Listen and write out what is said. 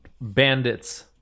Bandits